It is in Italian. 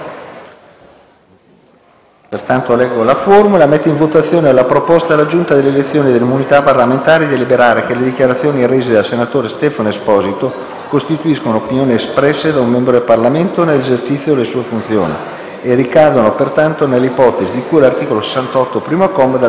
Ricordo che la Giunta ha proposto a maggioranza all'Assemblea di deliberare che le dichiarazioni rese dalla senatrice Paola Taverna non costituiscono opinioni espresse da un membro del Parlamento nell'esercizio delle sue funzioni e non ricadono pertanto nell'ipotesi di cui all'articolo 68, primo comma, della Costituzione.